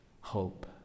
hope